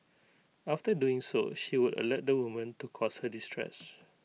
after doing so she would alert the woman to cause her distress